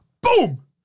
Boom